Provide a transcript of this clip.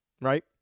right